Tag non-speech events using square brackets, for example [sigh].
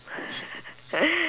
[laughs]